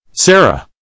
Sarah